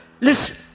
listen